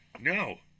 No